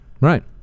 right